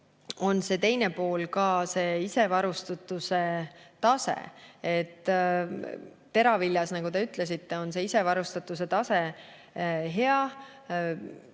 on see teine pool ka, see isevarustatuse tase. Teravilja puhul, nagu te ütlesite, on isevarustatuse tase hea.